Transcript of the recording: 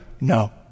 No